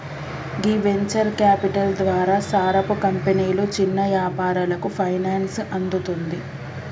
గీ venture capital ద్వారా సారపు కంపెనీలు చిన్న యాపారాలకు ఫైనాన్సింగ్ అందుతుంది